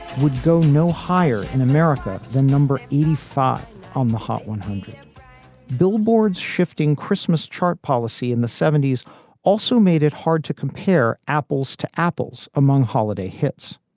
would go no higher in america, the number eighty five on the hot one hundred billboards shifting christmas chart policy in the seventy s also made it hard to compare apples to apples among holiday hits.